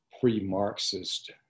pre-Marxist